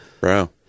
bro